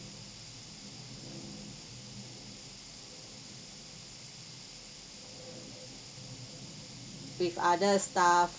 with other staff